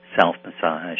self-massage